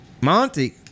Monty